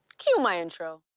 cue my intro.